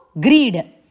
greed